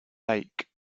lake